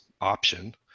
option